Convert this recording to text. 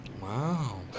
Wow